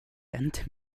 inte